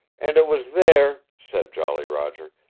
and it was there, said jolly roger,